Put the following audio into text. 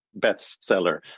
bestseller